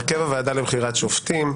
הרכב הוועדה לבחירת שופטים,